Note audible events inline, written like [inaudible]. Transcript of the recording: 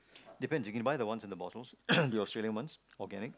depends you can buy the ones in the bottles [coughs] the Australian ones organic